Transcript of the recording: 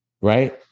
right